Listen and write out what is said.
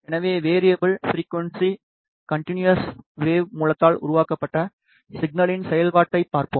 எனவே variable frequency கன்டினுயசனா wave மூலத்தால் உருவாக்கப்பட்ட சிக்னலின் செயல்பாட்டைப் பார்ப்போம்